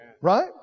Right